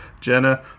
Jenna